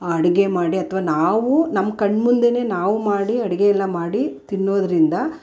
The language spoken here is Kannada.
ಅಡುಗೆ ಮಾಡಿ ಅಥ್ವಾ ನಾವು ನಮ್ಮ ಕಣ್ಣ ಮುಂದೆಯೇ ನಾವು ಮಾಡಿ ಅಡುಗೆಯೆಲ್ಲ ಮಾಡಿ ತಿನ್ನೋದರಿಂದ